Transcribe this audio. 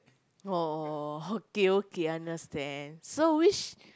oh okay okay understand so which